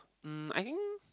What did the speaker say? um I think